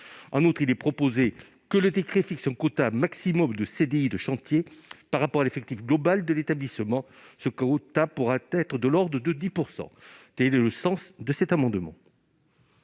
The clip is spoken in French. En outre, il est proposé que le décret fixe un quota maximal de CDI de chantier par rapport à l'effectif global de l'établissement. Ce quota pourrait s'établir autour de 10 %. Quel est l'avis de la commission